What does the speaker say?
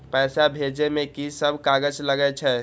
पैसा भेजे में की सब कागज लगे छै?